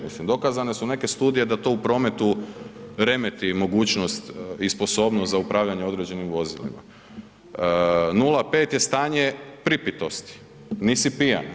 Mislim dokazane su neke studije da to u prometu remeti mogućnost i sposobnost za upravljanje određenim vozilima, 0,5 je stanje pripitosti, nisi pijan.